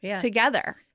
together